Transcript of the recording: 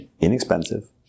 inexpensive